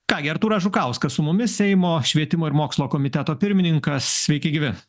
ką gi artūras žukauskas su mumis seimo švietimo ir mokslo komiteto pirmininkas sveiki gyvi